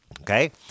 Okay